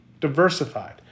diversified